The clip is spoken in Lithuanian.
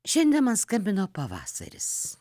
šiandien man skambino pavasaris